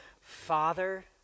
Father